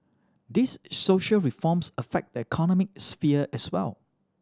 these social reforms affect the economic sphere as well